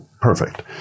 perfect